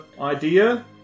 idea